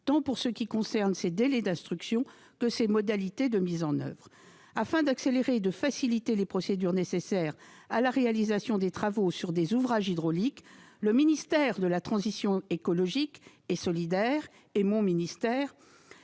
tant pour ce qui concerne ses délais d'instruction que ses modalités de mise en oeuvre. Afin d'accélérer et de faciliter les procédures nécessaires à la réalisation des travaux sur des ouvrages hydrauliques, le ministère de la transition écologique et solidaire et mon ministère